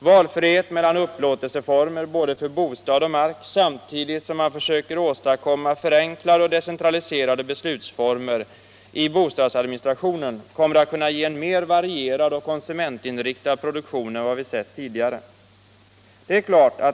Valfrihet mellan upplåtelseformer för både bostad och mark samtidigt som man försöker åstadkomma förenklade och decentraliserade beslutsformer i bostadsadministrationen kommer att kunna ge en mer varierad och konsumentinriktad bostadsproduktion än vi sett förut.